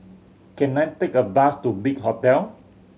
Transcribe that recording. can I take a bus to Big Hotel